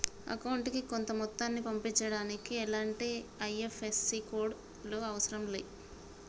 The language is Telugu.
అకౌంటుకి కొంత మొత్తాన్ని పంపించడానికి ఎలాంటి ఐ.ఎఫ్.ఎస్.సి కోడ్ లు అవసరం లే